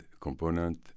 component